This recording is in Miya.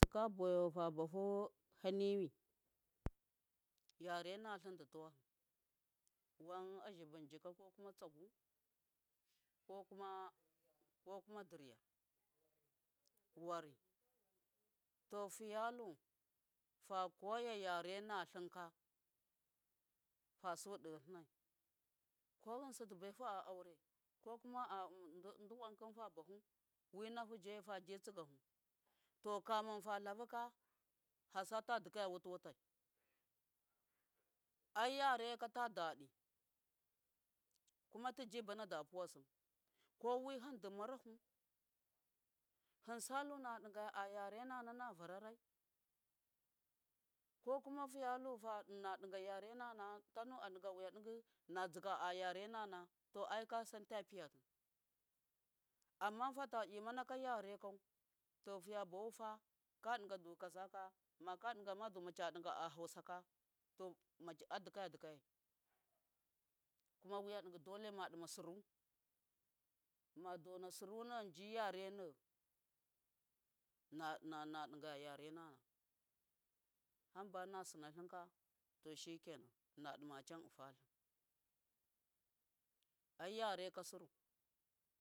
Faka bawa fu fa bahu haniwi yare nalim du tuwahi wan a zibi ko kuma tsagu ko kuma diriya wari to fiyahi fa koya yare na linka fasu de linnai ko ghinsi du baifu a aure ko kuma favafu winafu jeyi faji tsigafu to kafin fa lafuka fasata dikaya wuti wutai aiyane ka ta daɗi kuma tuji bana da puwasim ko miham tuji bana da himsalu na ɗiga ayare na na na vararai ko kuma fiyahu na diga yare nana tanu a diga wuya dighu najiga ayare nan a to aikasan ta piya amma fata imanaka yare kau to fiya bafufa kaɗiga du kaza ka maka diga du macha diga a hausaka to a dikaya di kayai kuma wiya ɗigi dole ma duma suru madona sure nem ji yare nem inadigaya yare na, na ai yare ka suru.